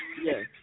Yes